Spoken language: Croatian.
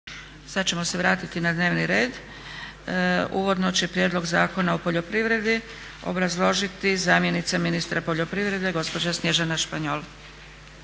Sad ćemo se vratiti na dnevni red. Uvodno će Prijedlog zakona o poljoprivredi obrazložiti zamjenica ministra poljoprivrede gospođa Snježana Španjol.